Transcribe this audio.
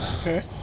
Okay